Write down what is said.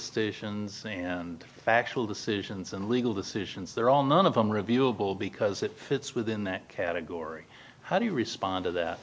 stations and factual decisions and legal decisions they're all none of them reviewable because it fits within that category how do you respond to that